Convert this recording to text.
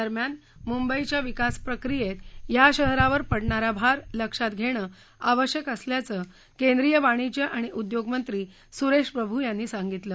दरम्यान मुंबईच्या विकासप्रक्रियेत या शहरावर पडणारा भार लक्षात घेणं आवश्यक असल्याचं केंद्रीय वाणिज्य आणि उद्योगमंत्री सुरेश प्रभू यांनी सांगितलं